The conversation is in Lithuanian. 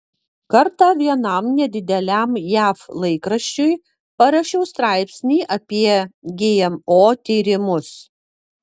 kartą vienam nedideliam jav laikraščiui parašiau straipsnį apie gmo tyrimus